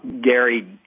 Gary